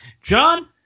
John